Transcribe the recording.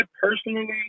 personally